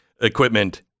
equipment